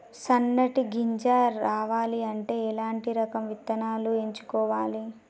సన్నటి గింజ రావాలి అంటే ఎలాంటి రకం విత్తనాలు ఎంచుకోవాలి?